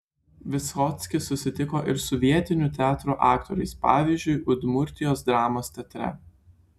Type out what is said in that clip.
vysockis susitiko ir su vietinių teatrų aktoriais pavyzdžiui udmurtijos dramos teatre